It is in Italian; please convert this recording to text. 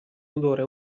odore